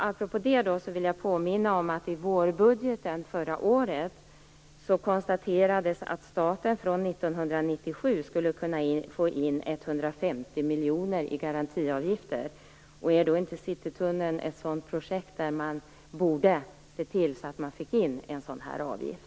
Apropå det vill jag påminna om att det i vårbudgeten förra året konstaterades att staten från 1997 skulle kunna få in 150 miljoner i garantiavgifter. Är inte Citytunneln ett projekt där man borde se till att man fick in en sådan avgift?